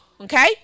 Okay